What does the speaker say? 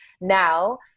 now